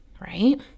right